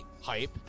hype